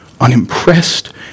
unimpressed